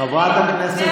חברת הכנסת